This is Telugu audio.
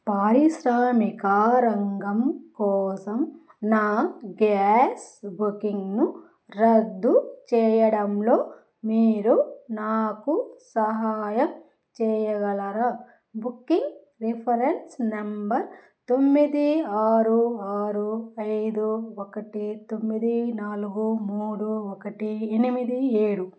పారిశ్రామికా రంగం కోసం నా గ్యాస్ బుకింగ్ను రద్దు చేయడంలో మీరు నాకు సహాయం చేయగలరా బుక్కింగ్ రిఫరెన్స్ నెంబర్ తొమ్మిది ఆరు ఆరు ఐదు ఒకటి తొమ్మిది నాలుగు మూడు ఒకటి ఎనిమిది ఏడు